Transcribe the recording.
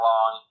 Long